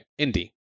Indie